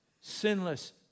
sinless